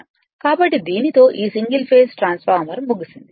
కాబట్టి దీనితో ఈ సింగిల్ ఫేస్ ట్రాన్స్ఫార్మర్ ముగిసింది